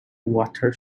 water